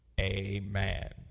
Amen